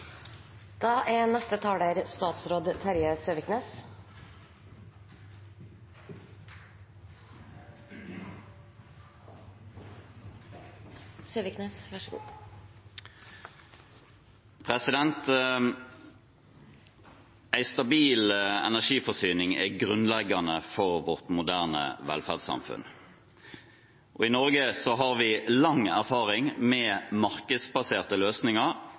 stabil energiforsyning er grunnleggende for vårt moderne velferdssamfunn, og i Norge har vi lang erfaring med markedsbaserte løsninger